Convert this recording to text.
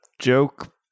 joke